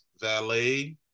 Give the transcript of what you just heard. Valet